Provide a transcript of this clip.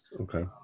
Okay